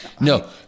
No